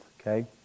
okay